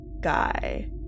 Guy